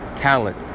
talent